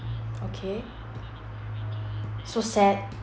okay so sad